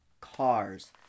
Cars